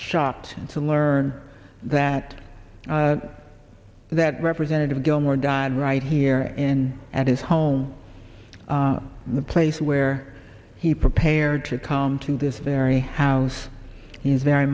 shocked to learn that that representative gilmore died right here and at his home the place where he prepared to come to this very house is very